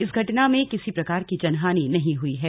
इस घटना में किसी प्रकार की जनहानि नहीं हुई है